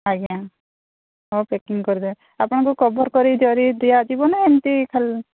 ଆଜ୍ଞା ହଉ ପ୍ୟାକିଙ୍ଗ କରିଦେବେ ଆପଣଙ୍କୁ କଭର କରିକି ଜରି ଦିଆଯିବ ନାଁ ଏମତି ଖାଲି